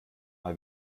mal